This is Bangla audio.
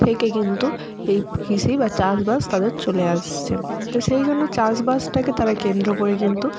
থেকে কিন্তু এই কৃষি বা চাষবাস তাদের চলে আসছে তো সেই জন্য চাষবাসটাকে তারা কেন্দ্র করে কিন্তু